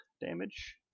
damage